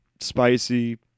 spicy